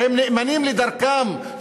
שהן נאמנות לדרכן,